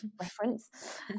reference